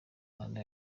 manda